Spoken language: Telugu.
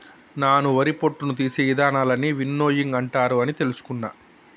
నాను వరి పొట్టును తీసే ఇదానాలన్నీ విన్నోయింగ్ అంటారు అని తెలుసుకున్న